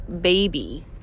baby